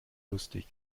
lustig